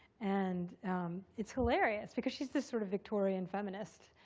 and it's hilarious because she's this sort of victorian feminist,